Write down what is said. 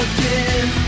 Again